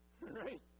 Right